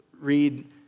read